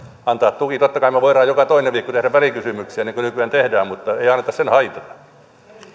antaa tuki totta kai me voimme joka toinen viikko tehdä välikysymyksiä niin kuin nykyään tehdään mutta ei anneta sen haitata